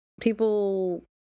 people